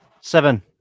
Seven